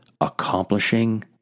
accomplishing